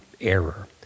error